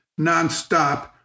nonstop